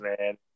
man